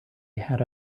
had